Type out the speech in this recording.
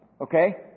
Okay